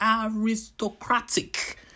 aristocratic